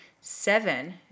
seven